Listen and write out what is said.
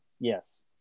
Yes